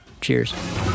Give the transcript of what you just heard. Cheers